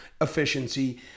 efficiency